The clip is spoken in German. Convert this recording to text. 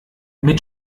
mit